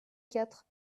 quatre